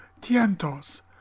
Tientos